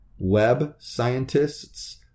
webscientists